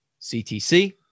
CTC